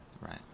Right